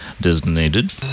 designated